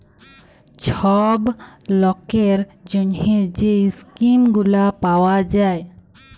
ছব লকের জ্যনহে যে ইস্কিম গুলা পাউয়া যায়